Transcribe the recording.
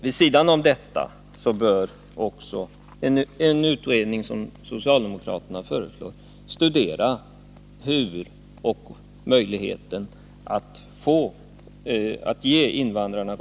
Vid sidan om detta bör också en utredning, som socialdemokraterna föreslår, studera möjligheten att ge invandrarna Nr 29 rösträtt i riksdagsval.